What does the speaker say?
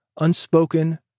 unspoken